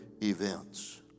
events